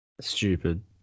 stupid